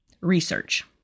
research